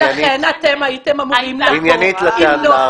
ולכן אתם הייתם אמורים לבוא עם נוסח